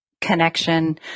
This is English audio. connection